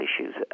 issues